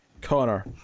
Connor